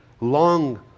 long